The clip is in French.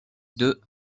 deux